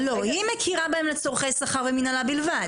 היא מכירה בהם לצרכי שכר ומינהלה בלבד.